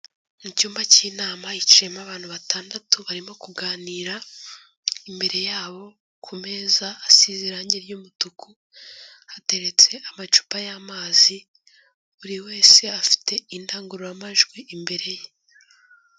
Mu cyumba cy'inama hicayemo abantu batandatu, barimo kuganira, imbere yabo ku meza hasize irangi ry'umutuku hateretse amacupa y'amazi, buri wese afite indangururamajwi imbere ye.